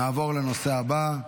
נעבור לנושא הבא,